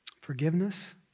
Forgiveness